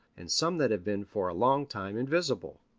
and some that have been for a long time invisible.